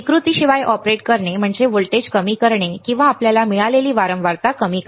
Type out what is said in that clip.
विकृतीशिवाय operate करणे म्हणजे voltage कमी करणे किंवा आपल्याला मिळालेली वारंवारता कमी करणे